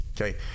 Okay